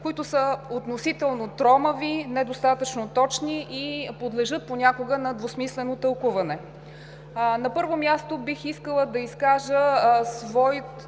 които са относително тромави, недостатъчно точни и понякога подлежат на двусмислено тълкуване. На първо място, бих искала да изкажа